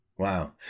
Wow